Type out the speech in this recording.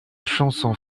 chanson